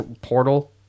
portal